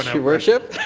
your worship.